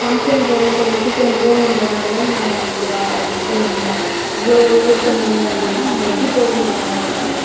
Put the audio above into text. function போகணும் கொஞ்சம் சீக்கிரம் போகணுன்றதுனால தானே நாங்கள் உங்களுக்கு புக் பண்ணிருந்தோம் இவ்வளோ லேட் பண்ணுனீங்க அப்படின்னா நாங்கள் எப்படி போக முடியும் அந்த இடத்துக்கு